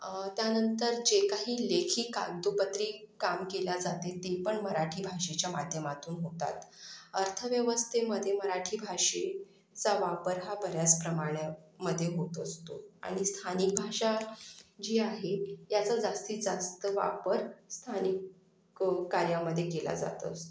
त्यानंतर जे काही लेखी कागदोपत्री काम केला जाते तीपण मराठी भाषेच्या माध्यमातून होतात अर्थव्यवस्थेमध्ये मराठी भाषेचा वापर हा बऱ्याच प्रमाणामधे होत असतो आणि स्थानिक भाषा जी आहे त्याचा जास्तीतजास्त वापर स्थानिक क कार्यामध्ये केला जात असतो